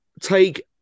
take